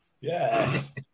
Yes